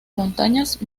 montañas